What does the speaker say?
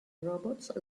robots